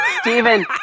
Steven